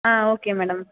ah okay madam